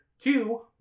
Two